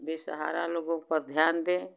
बेसहारा लोगों पर ध्यान दें